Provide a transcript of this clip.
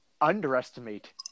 underestimate